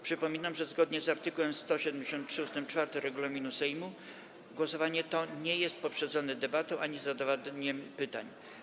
Przypominam, że zgodnie z art. 173 ust. 4 regulaminu Sejmu głosowanie to nie jest poprzedzone debatą ani zadawaniem pytań.